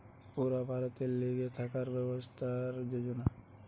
পুরা ভারতের লিগে থাকার ব্যবস্থার যোজনা